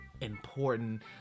important